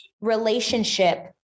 relationship